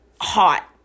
hot